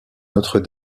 notre